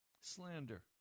slander